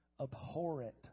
abhorrent